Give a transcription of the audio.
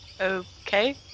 Okay